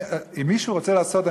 אם מישהו רוצה לעשות,